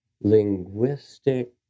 linguistic